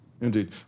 Indeed